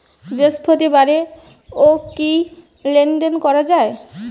বৃহস্পতিবারেও কি লেনদেন করা যায়?